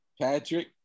Patrick